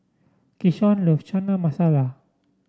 Keshaun loves Chana Masala